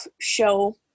show